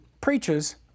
preaches